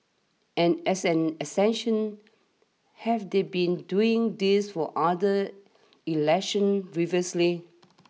and as an extension have they been doing this for other elections previously